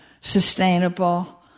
sustainable